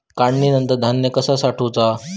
काढणीनंतर धान्य कसा साठवुचा?